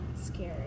scary